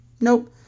Nope